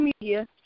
media